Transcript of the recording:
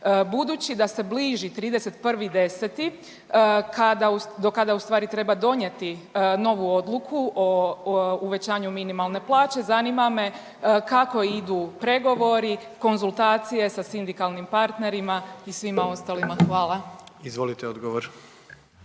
Budući da se bliži 31.10. kada, do kada u stvari treba donijeti novu odluku o uvećanju minimalne plaće zanima me kako idu pregovori, konzultacije sa sindikalnim partnerima i svima ostalima. Hvala. **Jandroković,